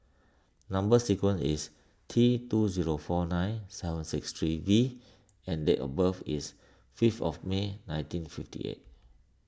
Number Sequence is T two zero four nine seven six three V and date of birth is fifth of May nineteen fifty eight